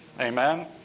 Amen